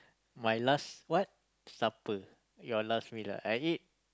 my last what supper your last meal ah I eat